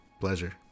pleasure